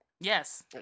Yes